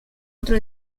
otro